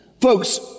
Folks